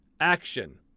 action